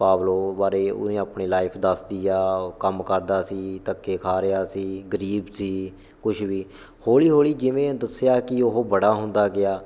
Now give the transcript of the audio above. Pablo ਬਾਰੇ ਉਹਨੇ ਆਪਣੀ ਲਾਈਫ ਦੱਸ ਦਿੱਤੀ ਯਾ ਕੰਮ ਕਰਦਾ ਸੀ ਧੱਕੇ ਖਾ ਰਿਹਾ ਸੀ ਗਰੀਬ ਸੀ ਕੁਝ ਵੀ ਹੌਲੀ ਹੌਲੀ ਜਿਵੇਂ ਦੱਸਿਆ ਕਿ ਉਹ ਬੜਾ ਹੁੰਦਾ ਗਿਆ